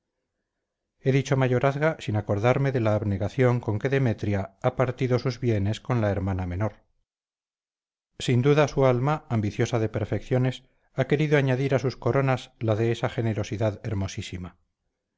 he dicho mayorazga sin acordarme de la abnegación con que demetria ha partido sus bienes con la hermana menor sin duda su alma ambiciosa de perfecciones ha querido añadir a sus coronas la de esa generosidad hermosísima